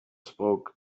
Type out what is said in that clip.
spoke